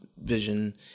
vision